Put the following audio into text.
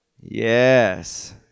Yes